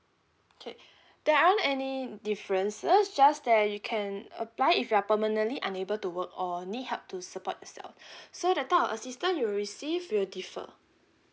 okay there aren't any differences just there you can apply if you are permanently unable to work or need help to support yourself so the type of assistance you receive will differ